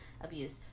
abuse